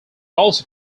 also